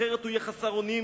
אחרת הוא חסר אונים